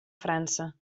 frança